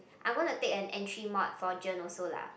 I'm gonna take an entry mod for gen also lah